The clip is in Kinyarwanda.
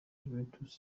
juventus